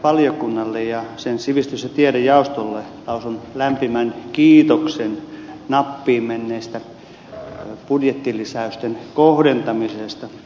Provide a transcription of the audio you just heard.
valtiovarainvaliokunnalle ja sen sivistys ja tiedejaostolle lausun lämpimän kiitoksen nappiin menneestä budjettilisäysten kohdentamisesta